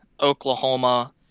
Oklahoma